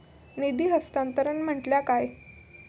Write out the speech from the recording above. निधी हस्तांतरण म्हटल्या काय?